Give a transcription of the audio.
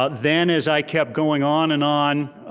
ah then as i kept going on and on,